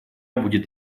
будет